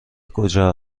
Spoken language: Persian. کجا